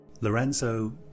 Lorenzo